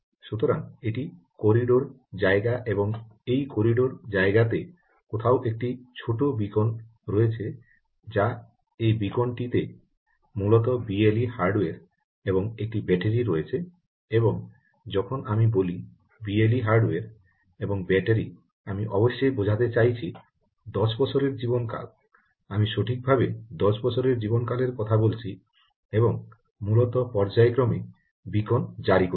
সুতরাং এটি করিডোর জায়গা এবং এই করিডোর জায়গাতে কোথাও একটি ছোট বীকন রয়েছে যা এই বীকন টিতে মূলত বিএলই হার্ডওয়্যার এবং একটি ব্যাটারি রয়েছে এবং যখন আমি বলি বিএলই হার্ডওয়্যার এবং ব্যাটারি আমি অবশ্যই বোঝাতে চাইছি 10 বছরের জীবনকাল আমি সঠিকভাবে 10 বছরের জীবনকালের কথা বলছি এবং মূলত পর্যায়ক্রমে বীকন জারি করছে